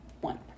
one